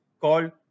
called